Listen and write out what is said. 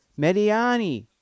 Mediani